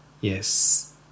Yes